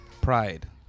pride